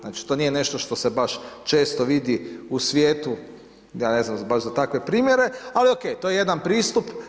Znači, to nije nešto što se baš često vidi u svijetu, ja ne znam baš za takve primjere, ali oke, to je jedan pristup.